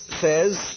says